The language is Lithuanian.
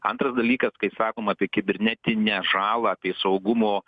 antras dalykas kaip sakoma apie kibernetinę žalą apie saugumo